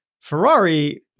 Ferrari